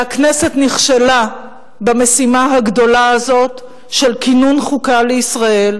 הכנסת נכשלה במשימה הגדולה הזאת של כינון חוקה לישראל.